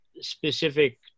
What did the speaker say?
specific